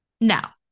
now